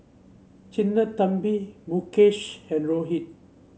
Sinnathamby Mukesh and Rohit